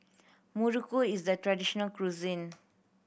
muruku is the traditional cuisine